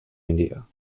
india